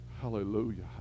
hallelujah